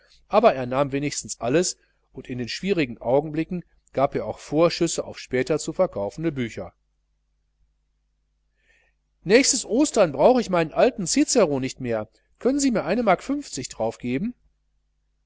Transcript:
aber er nahm wenigstens alles und in schwierigen augenblicken gab er auch vorschüsse auf später zu verkaufende bücher nächstes ostern brauche ich meinen alten cicero nicht mehr können sie mir mark geben